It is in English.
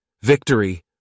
Victory